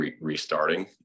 restarting